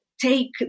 take